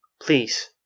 Please